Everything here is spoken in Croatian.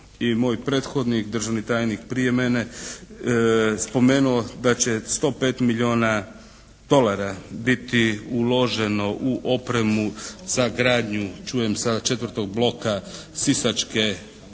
i moj prethodnik državni tajnik prije mene spomenuo da će 105 milijuna dolara biti uloženo u opremu za gradnju čujem sada 4. bloka Sisačke rafinerije,